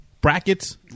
brackets